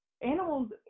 Animals